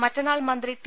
മറ്റന്നാൾ മന്ത്രി ടി